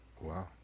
Wow